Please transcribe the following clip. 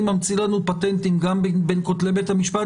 ממציא לנו פטנטים גם בין כותלי בית הסוהר,